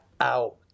out